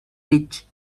ditch